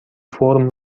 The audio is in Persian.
فرم